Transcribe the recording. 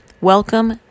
Welcome